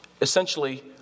essentially